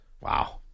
Wow